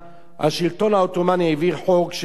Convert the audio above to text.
השלטון העות'מאני העביר חוק שמחייב